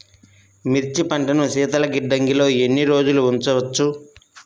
మిర్చి పంటను శీతల గిడ్డంగిలో ఎన్ని రోజులు ఉంచవచ్చు?